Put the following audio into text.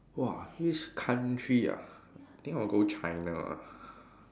!wah! which country ah I think I'll go China lah